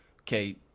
okay